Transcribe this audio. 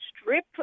strip